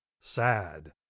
sad